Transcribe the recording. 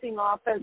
office